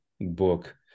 book